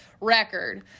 record